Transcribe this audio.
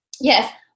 Yes